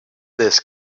this